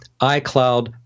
iCloud